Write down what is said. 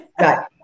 right